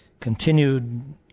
continued